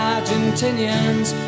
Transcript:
Argentinians